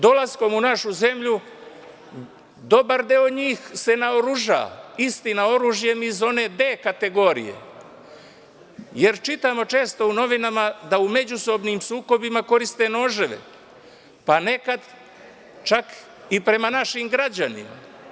Dolaskom u našu zemlju dobar deo njih se naoruža, istina, oružjem iz one D kategorije, jer čitamo često u novinama da u međusobnim sukobima koriste noževe, pa nekad čak i prema našim građanima.